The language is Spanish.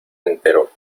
entero